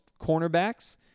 cornerbacks